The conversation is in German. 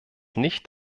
nicht